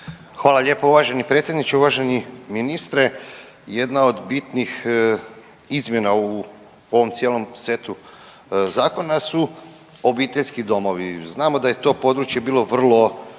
Hvala lijepo uvaženi predsjedniče. Uvaženi ministre, jedna od bitnih izmjena u ovom cijelom setu zakona su obiteljski domovi. Znamo da je to područje bilo vrlo